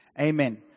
Amen